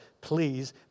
please